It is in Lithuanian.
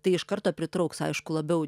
tai iš karto pritrauks aišku labiau